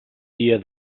dia